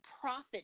profit